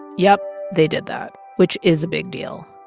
yep. they did that, which is a big deal.